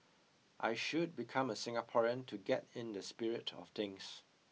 I should become a Singaporean to get in the spirit of things